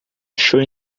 achou